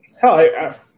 hell